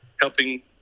helping